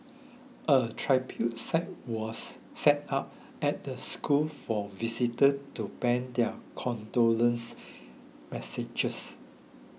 a tribute site was set up at the school for visitor to pen their condolence messages